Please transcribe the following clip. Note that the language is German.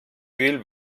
will